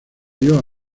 dio